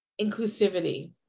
inclusivity